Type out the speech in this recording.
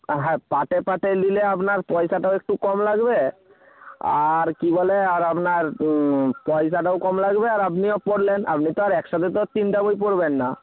হ্যাঁ পার্টে পার্টে নিলে আপনার পয়সাটাও একটু কম লাগবে আর কী বলে আর আপনার পয়সাটাও কম লাগবে আর আপনিও পড়লেন আপনি তো একসাথে তো আর তিনটে বই পড়বেন না